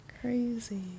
Crazy